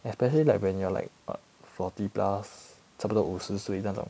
especially like when you're like a forty plus 差不多五十岁那种